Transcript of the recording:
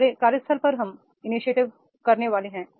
हमारे कार्यस्थल पर हम इनीशिएटिव करने वाले हैं